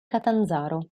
catanzaro